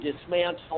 dismantle